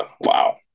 wow